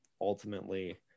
ultimately